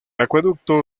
acueducto